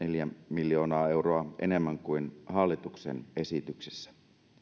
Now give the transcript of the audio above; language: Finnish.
miljoonaa euroa enemmän kuin hallituksen esityksessä